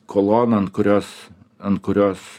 kolonan kurios ant kurios